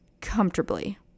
comfortably